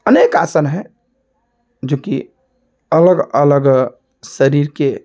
अनेक आसन हैं जो कि अलग अलग शरीर के